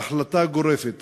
ההחלטה גורפת.